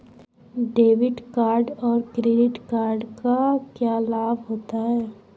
Debit card और credit card क्या लाभ होता है?